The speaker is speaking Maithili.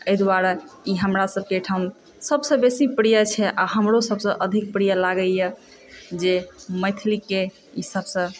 एहि दुआरे ई हमरा सबके ओहिठाम सबसँ बेसी प्रिय छै आओर हमरो सबसँ अधिक प्रिय लागैए जे मैथिलीकेँ ई सबसँ